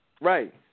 Right